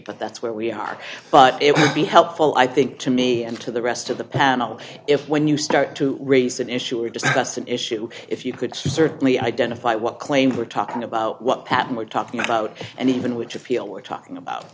but that's where we are but it would be helpful i think to me and to the rest of the panel if when you start to raise an issue or discuss an issue if you could certainly identify what claims we're talking about what pattern we're talking about and even which appeal we're talking about